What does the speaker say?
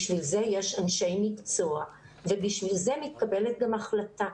בשביל זה יש אנשי מקצוע ובשביל זה מתקבלת גם החלטה.